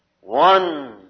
one